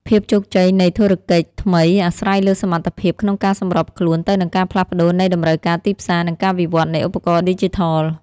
ភាពជោគជ័យនៃធុរកិច្ចថ្មីអាស្រ័យលើសមត្ថភាពក្នុងការសម្របខ្លួនទៅនឹងការផ្លាស់ប្តូរនៃតម្រូវការទីផ្សារ និងការវិវត្តនៃឧបករណ៍ឌីជីថល។